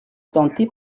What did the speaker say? tentée